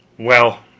well,